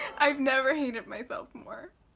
i've never hated myself more.